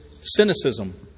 cynicism